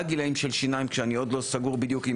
גילאים של שיניים כשאני עוד לא סגור בדיוק,